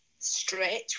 Stretch